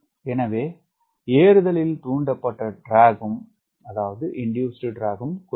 எனவே ஏறுதலில் தூண்டப்பட்ட ட்ராக் ம் குறைவு